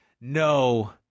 no